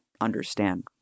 understand